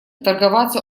торговаться